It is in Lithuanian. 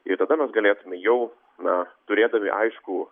ir tada mes galėtume jau na turėdami aiškų